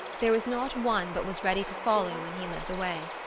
there was not one but was ready to follow when he led the way.